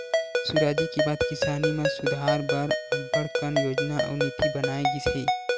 सुराजी के बाद किसानी म सुधार बर अब्बड़ कन योजना अउ नीति बनाए गिस हे